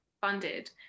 funded